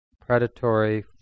predatory